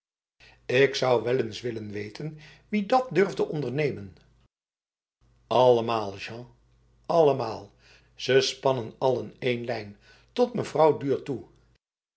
ik zou wel eens willen weten wie dat durfde ondernemen allemaal jean allemaal ze spannen allen één lijn tot mevrouw duhr toe